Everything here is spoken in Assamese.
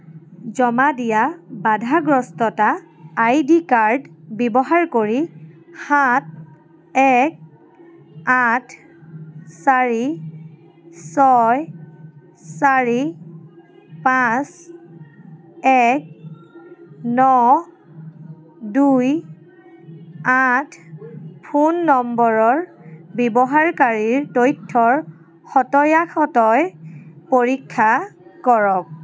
জমা দিয়া বাধাগ্ৰস্ততা আইডি কাৰ্ড ব্যৱহাৰ কৰি সাত এক আঠ চাৰি ছয় চাৰি পাঁচ এক ন দুই আঠ ফোন নম্বৰৰ ব্যৱহাৰকাৰীৰ তথ্যৰ সত্য়াসত্য় পৰীক্ষা কৰক